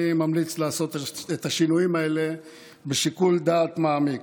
אני ממליץ לעשות את השינויים האלה בשיקול דעת מעמיק.